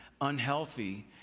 unhealthy